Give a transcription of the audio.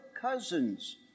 cousins